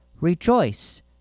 Rejoice